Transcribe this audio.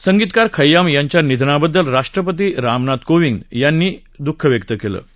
संगीतकार खय्याम यांच्या निधनाबददल राष्ट्रपती रामनाथ कोविंद यांनी दःख व्यक्त केलं आहे